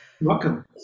Welcome